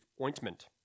ointment